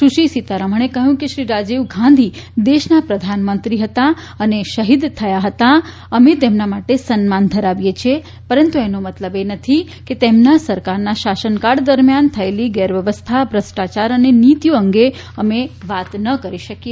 સુશ્રી સીતારામણે કહ્યું કે શ્રી રાજીવ ગાંધી દેશના પ્રધાનમંત્રી હતા અને શહીદ થયા હતા અને તેમના માટે સન્માન ધરાવીએ છીએ પરંતુ એનો મતલબ એ નથી કે તેમના સરકારના શાસનકાળ દરમ્યાન થયેલી ગેરવ્યવસ્થા ભ્રષ્ટ્રાચાર અને નીતિઓ અંગે અને વાત ન કરી શકીએ